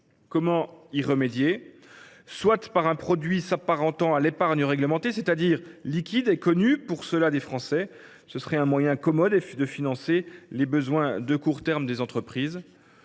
Comment y remédier ? Soit par un produit s’apparentant à l’épargne réglementée, c’est à dire liquide et connue pour cela des Français. Ce serait un moyen commode de financer les besoins de court terme des entreprises.